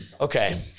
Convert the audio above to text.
okay